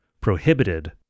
prohibited